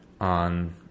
on